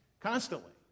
Constantly